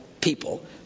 people